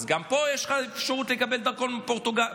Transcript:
גם פה יש לך אפשרות לקבל דרכון פורטוגזי.